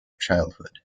childhood